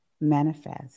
manifest